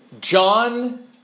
John